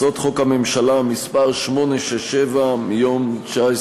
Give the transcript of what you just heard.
הצעות חוק הממשלה מס' 867 מיום 19